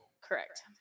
Correct